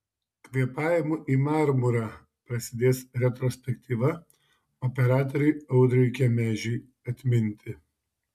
kvėpavimu į marmurą prasidės retrospektyva operatoriui audriui kemežiui atminti